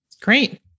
Great